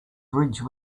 bridge